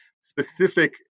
specific